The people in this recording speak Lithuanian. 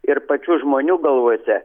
ir pačių žmonių galvose